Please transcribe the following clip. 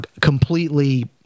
completely